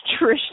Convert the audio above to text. Trish